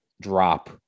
drop